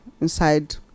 inside